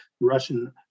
Russian